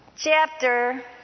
chapter